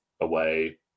away